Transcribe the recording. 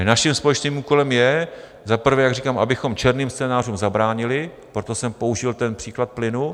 Ale naším společným úkolem je za prvé, jak říkám, abychom černým scénářům zabránili, proto jsem použil ten příklad plynu.